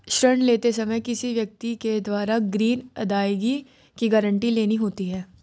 ऋण लेते समय किसी व्यक्ति के द्वारा ग्रीन अदायगी की गारंटी लेनी होती है